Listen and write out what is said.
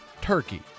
Turkey